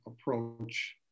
approach